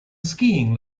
skiing